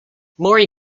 murray